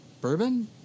bourbon